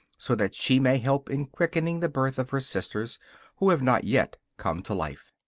so that she may help in quickening the birth of her sisters who have not yet come to life.